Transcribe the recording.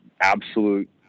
absolute